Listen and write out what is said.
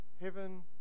heaven